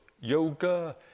yoga